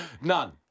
None